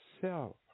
self